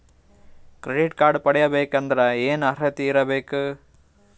Credit card ಪಡಿಬೇಕಂದರ ಏನ ಅರ್ಹತಿ ಇರಬೇಕು?